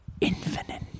Infinite